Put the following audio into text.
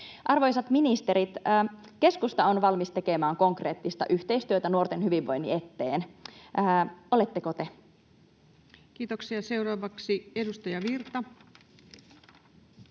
Arvoisat ministerit, keskusta on valmis tekemään konkreettista yhteistyötä nuorten hyvinvoinnin eteen. Oletteko te? Kiitoksia. — Seuraavaksi edustaja Virta.